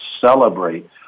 celebrate